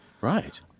Right